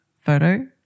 photo